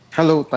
Hello